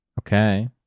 Okay